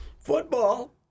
Football